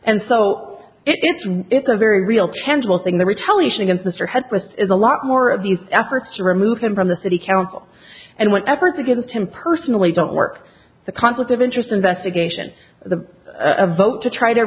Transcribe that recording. and so it's it's a very real tangible thing the retaliation against mr hepworth is a lot more of these efforts to remove him from the city council and whatever to give him personally don't work the conflict of interest investigation the a vote to try to